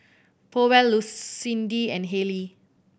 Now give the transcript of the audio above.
Powell Lucindy and Haylie